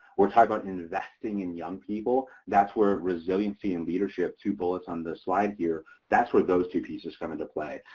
we're talking about investing in young people, that's where resiliency and leadership, two bullets on the slide here, here, that's what those two pieces come into play,